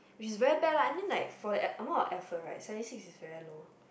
which is very bad lah I mean like for that a~ amount of effort right seventy six is very low